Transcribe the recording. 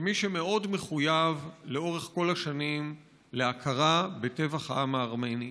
כמי שמאוד מחויב לאורך כל השנים להכרה בטבח העם הארמני,